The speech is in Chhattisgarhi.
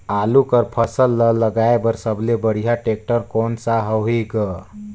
आलू कर फसल ल लगाय बर सबले बढ़िया टेक्टर कोन सा होही ग?